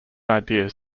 ideas